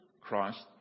Christ